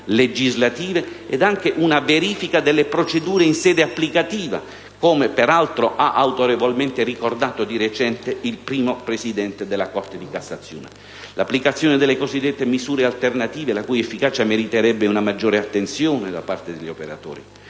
legislative ed anche una verifica delle procedure in sede applicativa (come peraltro ha autorevolmente ricordato di recente il primo presidente della Corte di cassazione); l'applicazione delle cosiddette misure alternative, la cui efficacia meriterebbe una maggiore attenzione da parte degli operatori;